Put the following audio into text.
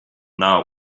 now